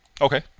okay